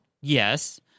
Yes